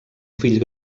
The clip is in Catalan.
fill